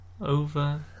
over